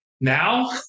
now